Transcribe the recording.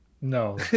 No